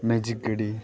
magic ᱜᱟᱹᱰᱤ